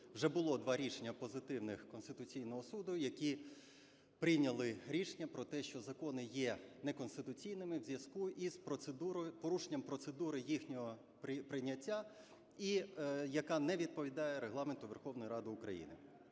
вже було два рішення позитивних Конституційного Суду, який прийняв рішення про те, що закони є неконституційними в зв'язку із порушенням процедури їхнього прийняття, яка не відповідає Регламент Верховної Ради України.